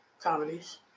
comedies